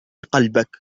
قلبك